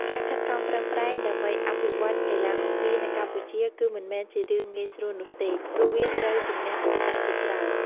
ការខិតខំប្រឹងប្រែងដើម្បីអភិវឌ្ឍកីឡាហុកគីនៅកម្ពុជា គឺមិនមែនជារឿងងាយស្រួលនោះទេ ព្រោះវាត្រូវជម្នះឧបសគ្គជាច្រើន។